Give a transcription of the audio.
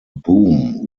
boom